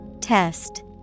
Test